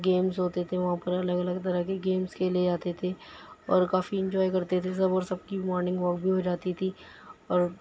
games ہوتے تھے وہاں پر الگ الگ طرح کے گیمس کھیلے جاتے تھے اور کافی انجوائے کرتے تھے سب اور سب کی مارننگ واک بھی ہو جاتی تھی اور